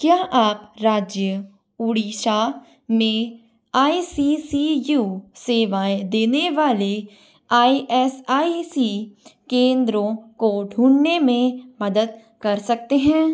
क्या आप राज्य ओडिसा में आई सी सी यू सेवाएं देने वाले आई एस आई सी केंद्रों को ढूंढने में मदद कर सकते हैं